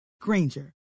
Granger